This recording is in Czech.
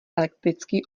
elektrický